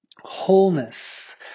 wholeness